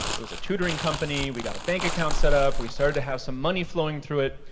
it was a tutoring company, we got a bank account set up, we started to have some money flowing through it,